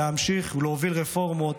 להמשיך ולהוביל רפורמות